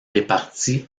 réparti